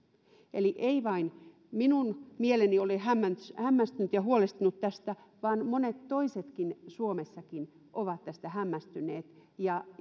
eli ei vain minun mieleni ole hämmästynyt ja huolestunut tästä vaan monet toisetkin suomessakin ovat tästä hämmästyneet